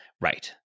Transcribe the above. right